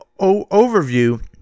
overview